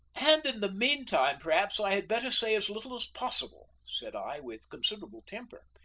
and in the meantime, perhaps, i had better say as little as possible, said i, with considerable temper.